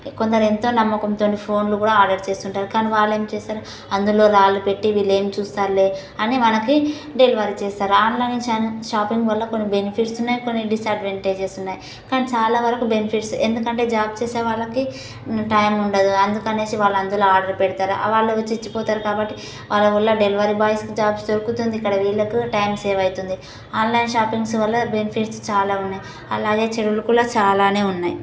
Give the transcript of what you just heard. కొందరు ఎంతో నమ్మకంతోని ఫోన్లు కూడా ఆర్డర్ చేస్తుంటారు కానీ వాళ్ళు ఏం చేశారు అందులో రాళ్ళు పెట్టి వీళ్ళు ఏం చూస్తారులే అని మనకి డెలివరీ చేస్తారు ఆన్లైన్ నుంచి షాపింగ్ వల్ల కొన్ని బెనిఫిట్స్ ఉన్నాయి కొన్ని డిసడ్వాంటేజెస్ ఉన్నాయి కానీ చాలా వరకు బెనిఫిట్స్ ఎందుకంటే జాబ్ చేసే వాళ్ళకి టైం ఉండదు అందుకనేసి వాళ్ళు అందులో ఆర్డర్ పెడతారు వాళ్ళు వచ్చి వచ్చి పోతారు కాబట్టి వాళ్ళ వల్ల డెలివరీ బాయ్స్కి జాబ్స్ దొరుకుతుంది వీళ్ళకు టైం సేవ్ అవుతుంది ఆన్లైన్ షాపింగ్స్ వల్ల బెనిఫిట్స్ చాలా ఉన్నాయి అలాగే చెడులు కూడా చాలానే ఉన్నాయి